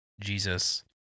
Jesus